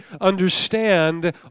understand